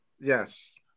Yes